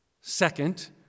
Second